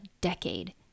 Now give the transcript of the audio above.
decade